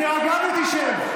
תירגע ותשב.